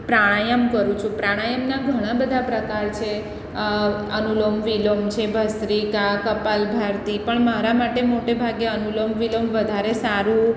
પ્રાણાયામ કરું છું પ્રાણાયામના ઘણાબધા પ્રકાર છે અનુલોમ વિલોમ છે ભસ્તરીકા કપાલભારતી પણ મારા માટે મોટેભાગે અનુલોમ વિલોમ વધારે સારું